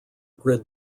grid